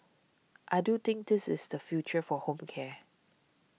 I do think this is the future for home care